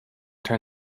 turn